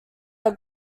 are